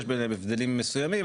יש ביניהן הבדלים מסוימים,